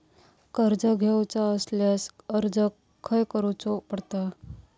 कर्ज घेऊचा असल्यास अर्ज खाय करूचो पडता?